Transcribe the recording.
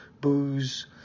booze